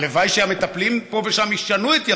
והלוואי שהמטפלים פה ושם ישנו את יחסם,